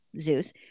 Zeus